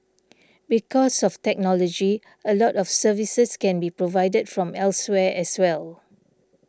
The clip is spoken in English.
because of technology a lot of services can be provided from elsewhere as well